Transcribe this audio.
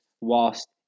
whilst